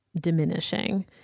diminishing